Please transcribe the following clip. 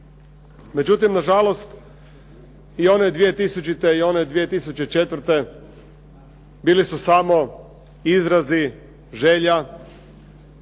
Međutim, nažalost i one 2000. i one 2004. bili su samo izrazi želja,